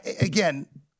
again